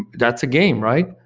that's a game, right?